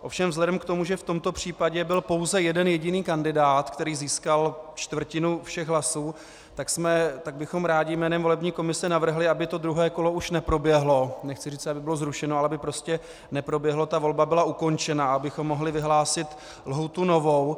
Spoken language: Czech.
Ovšem vzhledem k tomu, že v tomto případě byl pouze jeden jediný kandidát, který získal čtvrtinu všech hlasů, tak bychom rádi jménem volební komise navrhli, aby druhé kolo už neproběhlo, nechci říct, aby bylo zrušeno, ale aby prostě neproběhlo, ta volba byla ukončena a abychom mohli vyhlásit lhůtu novou.